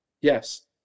Yes